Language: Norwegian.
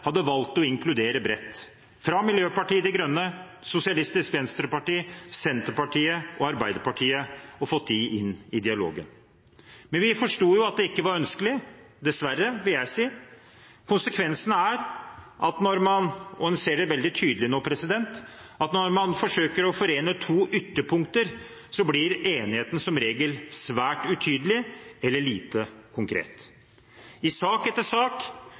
hadde valgt å inkludere bredt, fra Miljøpartiet De Grønne, SV, Senterpartiet og Arbeiderpartiet, og fått dem inn i dialogen. Men vi forsto at det ikke var ønskelig – dessverre, vil jeg si. Konsekvensene er – og man ser det veldig tydelig nå – at når man forsøker å forene to ytterpunkter, blir enigheten som regel svært utydelig eller lite konkret. I sak etter sak